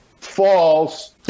False